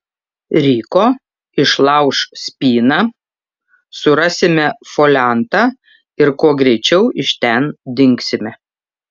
ryko išlauš spyną surasime foliantą ir kuo greičiau iš ten dingsime